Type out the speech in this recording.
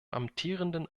amtierenden